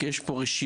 כי יש פה רשימה,